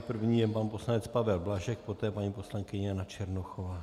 První je pan poslanec Pavel Blažek, poté paní poslankyně Jana Černochová.